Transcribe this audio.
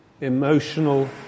emotional